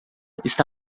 está